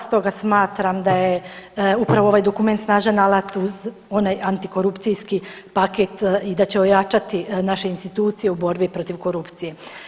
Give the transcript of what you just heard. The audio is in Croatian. Stoga smatram da je upravo ovaj dokument snažan alat uz onaj antikorupcijski paket i da će ojačati naše institucije u borbi protiv korupcije.